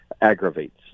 aggravates